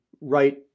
right